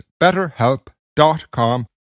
betterhelp.com